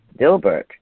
Dilbert